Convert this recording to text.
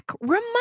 Remind